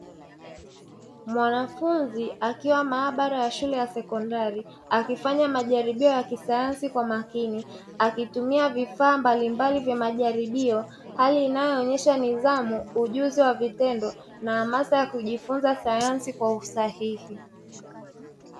Mwanafunzi akiwa maabara ya shule ya sekondari akifanya majaribo ya kisayansi kwa makini akitumia vifaa mbalimbali vya majaribio, hali inayoonesha nidhamu ujuzi wa vitendo na hamasa ya kujifunza sayansi kwa usahihi.